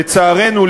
לצערנו,